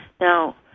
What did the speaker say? Now